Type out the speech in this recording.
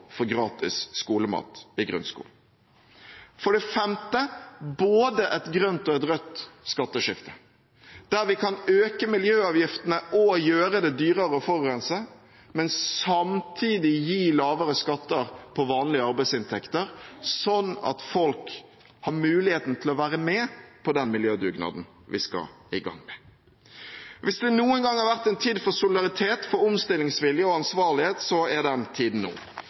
for gratis skolemat i grunnskolen; et grønt og et rødt skatteskifte, der vi kan øke miljøavgiftene og gjøre det dyrere å forurense, men samtidig gi lavere skatter på vanlige arbeidsinntekter, sånn at folk har muligheten til å være med på den miljødugnaden vi skal i gang med. Hvis det noen gang har vært en tid for solidaritet, omstillingsvilje og ansvarlighet, så er den tiden nå.